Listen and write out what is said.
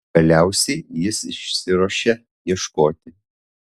galiausiai jis išsiruošia ieškoti